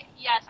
Yes